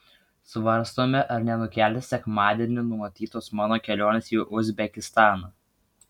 svarstome ar nenukelti sekmadienį numatytos mano kelionės į uzbekistaną